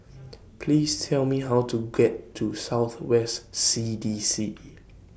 Please Tell Me How to get to South West C D C